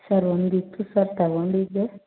sir ಒಂದು ತಗೊಂಡಿದ್ದೆ